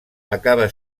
acaba